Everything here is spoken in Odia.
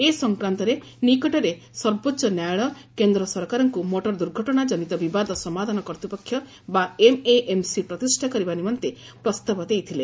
ଏଲ ସଂକ୍ରାନ୍ଡରେ ନିକଟରେ ସର୍ବୋଚ ନ୍ୟାୟାଳୟ କେନ୍ଦ୍ର ସରକାରଙ୍କୁ ମୋଟର ଦୁର୍ଘଟଶାକନିତ ବିବାଦ ସମାଧାନ କର୍ତ୍ରପକ୍ଷ ବା ଏମ୍ଏଏମ୍ସି ପ୍ରତିଷା କରିବା ନିମନ୍ତେ ପ୍ରସ୍ତାବ ଦେଇଥିଲେ